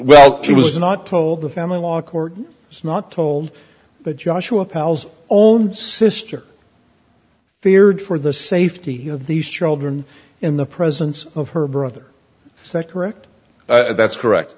well she was not told the family law court was not told that joshua pals own sister feared for the safety of these children in the presence of her brother is that correct that's correct